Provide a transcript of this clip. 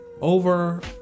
Over